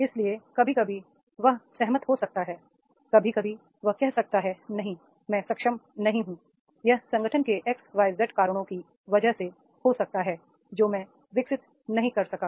इसलिए कभी कभी वह सहमत हो सकता है कभी कभी वह कह सकता है नहीं" मैं सक्षम नहीं हूं यह संगठन के xyz कारणों की वजह से हो सकता है जो मैं वितरित नहीं कर सका